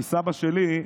כי סבא שלי,